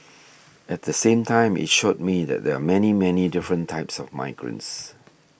at the same time it showed me that there are many many different types of migrants